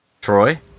Troy